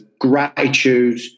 gratitude